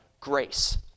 grace